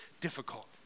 difficult